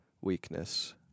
weakness